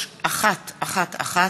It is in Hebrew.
נורית קורן ויעל כהן-פארן,